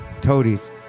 Toadies